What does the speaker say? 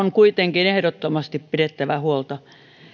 on kuitenkin ehdottomasti pidettävä huolta